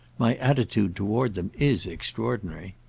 my attitude toward them is extraordinary.